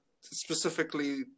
specifically